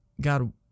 God